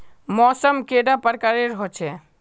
मौसम कैडा प्रकारेर होचे?